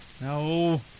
no